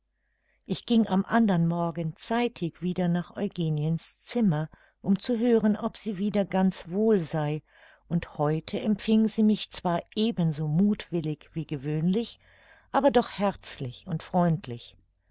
ich ging am andern morgen zeitig wieder nach eugeniens zimmer um zu hören ob sie wieder ganz wohl sei und heute empfing sie mich zwar eben so muthwillig wie gewöhnlich aber doch herzlich und freundlich